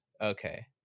Okay